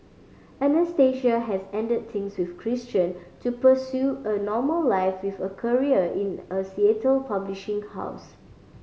Anastasia has ended things with Christian to pursue a normal life with a career in a Seattle publishing house